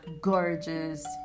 gorgeous